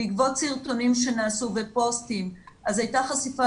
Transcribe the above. בעקבות סרטונים שנעשו ופוסטים אז הייתה חשיפה